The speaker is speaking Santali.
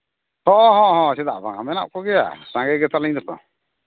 ᱦᱚᱸ ᱦᱚᱸ ᱪᱮᱫᱟᱜ ᱵᱟᱝ ᱢᱮᱱᱟᱜ ᱠᱚᱜᱮᱭᱟ ᱥᱟᱸᱜᱮ ᱜᱮᱛᱟᱞᱤᱧ ᱫᱚᱠᱚ